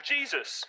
Jesus